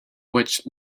which